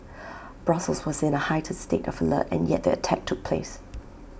Brussels was in A heightened state of alert and yet the attack took place